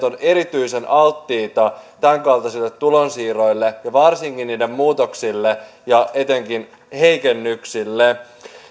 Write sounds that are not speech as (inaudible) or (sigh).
(unintelligible) ovat erityisen alttiita tämänkaltaisille tulonsiirroille ja varsinkin niiden muutoksille ja etenkin heikennyksille